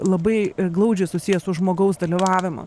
labai glaudžiai susijęs su žmogaus dalyvavimu